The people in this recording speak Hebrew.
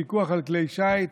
פיקוח על כלי שיט,